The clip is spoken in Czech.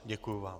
Děkuji vám.